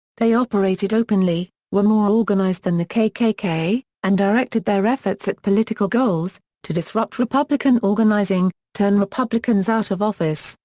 they operated openly, were more organized than the kkk, and directed their efforts at political goals to disrupt republican organizing, turn republicans out of office,